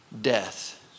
death